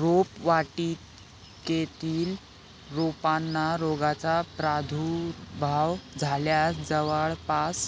रोपवाटिकेतील रोपांना रोगाचा प्रादुर्भाव झाल्यास जवळपास